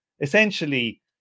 essentially